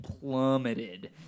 plummeted